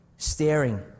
Staring